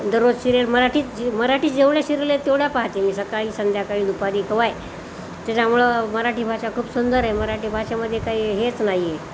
दररोज शिरयल मराठीच जी मराठीच एवढ्या शिरले आहेत तेवढ्या पाहाते मी सकाळी संध्याकाळी दुपारी केव्हाही त्याच्यामुळं मराठी भाषा खूप सुंदर आहे मराठी भाषेमध्ये काही हेच नाही आहे